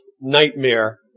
nightmare